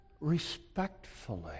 respectfully